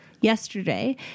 yesterday